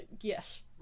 Yes